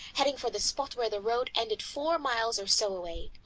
heading for the spot where the road ended four miles or so away,